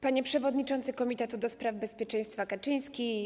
Panie Przewodniczący Komitetu ds. Bezpieczeństwa Kaczyński!